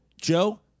Joe